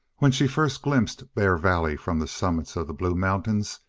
when she first glimpsed bear valley from the summits of the blue mountains,